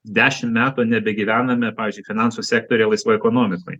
dešim metų nebegyvename pavyzdžiui finansų sektoriuje laisvoj ekonomikoj